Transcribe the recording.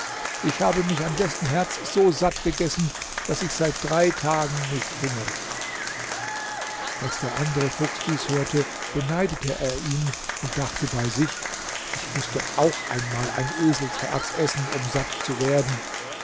ich habe mich an dessen herz so satt gegessen daß ich seit drei tagen nicht hungre als der andere fuchs dies hörte beneidete er ihn und dachte bei sich ich muß doch auch einmal ein eselsherz essen um satt zu werden